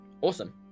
Awesome